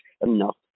enough